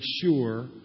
sure